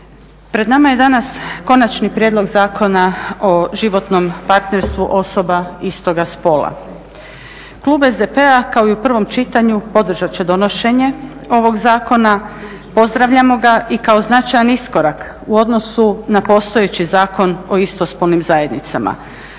Pred nama je danas Konačni prijedlog Zakona o životnom partnerstvu osoba istoga spola. Klub SDP-a kao i u prvom čitanju podržat će donošenje ovog zakona, pozdravljamo ga i kao značajan iskorak u odnosu na postojeći Zakon o istospolnim zajednicama.